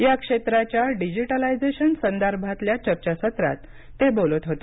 या क्षेत्राच्या डिजिटलायजेशन संदर्भातल्या चर्चासत्रात ते बोलत होते